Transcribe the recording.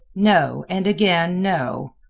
no, and again, no.